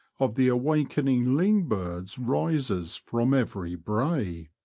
of the awakening ling-birds rises from every brae.